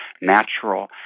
natural